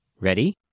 Ready